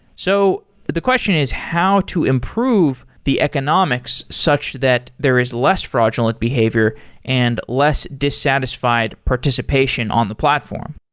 so the question is how to improve the economics, such that there is less fraudulent behavior and less dissatisfied participation on the platform?